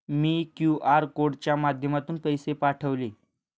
मी QR कोडच्या माध्यमातून पैसे पाठवले